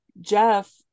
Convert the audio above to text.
jeff